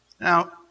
Now